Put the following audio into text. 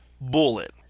Bullet